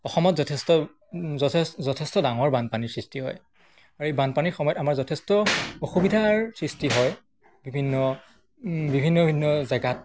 অসমত যথেষ্ট যথেষ্ট যথেষ্ট ডাঙৰ বানপানীৰ সৃষ্টি হয় আৰু এই বানপানীৰ সময়ত আমাৰ যথেষ্ট অসুবিধাৰ সৃষ্টি হয় বিভিন্ন বিভিন্ন ভিন্ন জেগাত